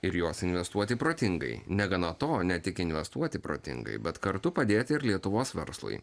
ir juos investuoti protingai negana to ne tik investuoti protingai bet kartu padėti ir lietuvos verslui